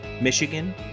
Michigan